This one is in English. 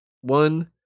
one